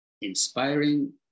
inspiring